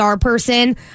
person